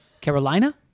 Carolina